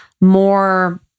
more